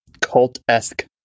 cult-esque